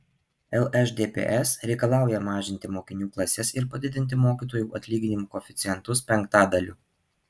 lšdps reikalauja mažinti mokinių klases ir padidinti mokytojų atlyginimų koeficientus penktadaliu